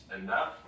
enough